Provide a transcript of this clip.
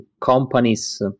companies